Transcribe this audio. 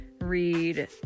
read